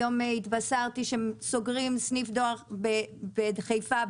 היום התבשרתי שסוגרים סניף דואר בהדר בחיפה,